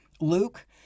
luke